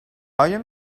آیا